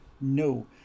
no